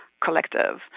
collective